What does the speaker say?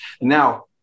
Now